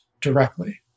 directly